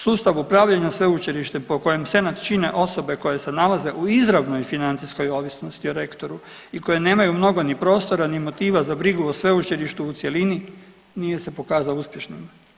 Sustav upravljanja sveučilištem po kojem senat čine osobe koje se nalaze u izravnoj financijskoj ovisnosti o rektoru i koje nemaju mnogo ni prostora ni motiva za brigu o sveučilištu u cjelini, nije se pokazao uspješnome.